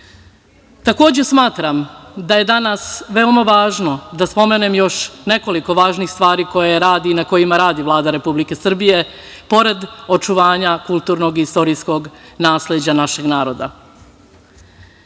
smatram da je danas veoma važno da spomenem još nekoliko važnih stvari koje radi i na kojima radi Vlada Republike Srbije, pored očuvanja kulturnog i istorijskog nasleđa našeg naroda.